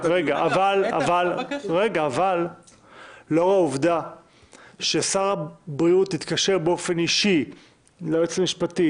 אבל לאור העובדה ששר הבריאות התקשר באופן אישי ליועצת המשפטית,